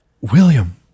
William